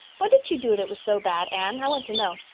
what did she do that was so bad, anne, i want to know.